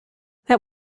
that